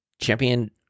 Champion